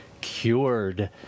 Cured